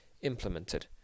implemented